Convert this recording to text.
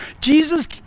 Jesus